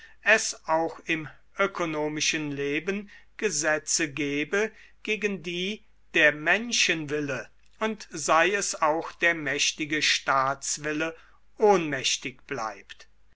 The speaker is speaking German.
es auch im ökonomischen leben gesetze gebe gegen die der menschenwille und sei es auch der mächtige staatswille ohnmächtig bleibt